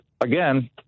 again